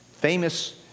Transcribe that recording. famous